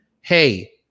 hey